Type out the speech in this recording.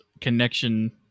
connection